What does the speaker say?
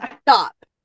Stop